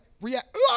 react